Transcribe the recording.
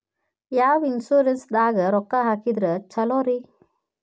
ಯಾವ ಇನ್ಶೂರೆನ್ಸ್ ದಾಗ ರೊಕ್ಕ ಹಾಕಿದ್ರ ಛಲೋರಿ?